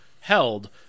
held